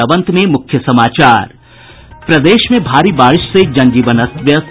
और अब अंत में मूख्य समाचार एक बार फिर प्रदेश में भारी बारिश से जन जीवन अस्त व्यस्त